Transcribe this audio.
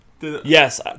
Yes